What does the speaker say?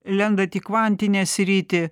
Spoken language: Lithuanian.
lendat į kvantinę sritį